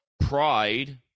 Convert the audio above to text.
Pride